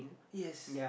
yes